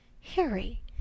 Harry